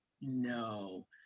no